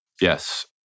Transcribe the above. Yes